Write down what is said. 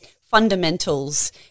fundamentals